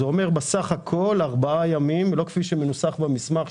זה אומר סך הכול ארבעה ימים לא כפי שנמסר במסמך,